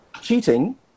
cheating